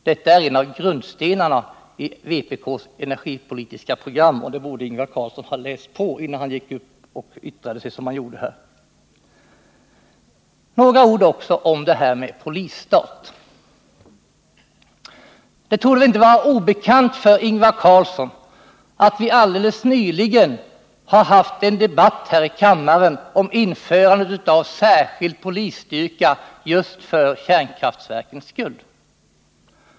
Detta är en av grundstenarna i vpk:s energipolitiska program, och det borde Ingvar Carlsson ha läst på innan han gick upp och yttrade sig som han gjorde här. Några ord också om det där talet om polisstat. Det torde inte vara obekant för Ingvar Carlsson att vi alldeles nyligen har haft en debatt i kammaren om införande av en särskild polisstyrka just för kärnkraftverkens skull.